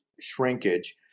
shrinkage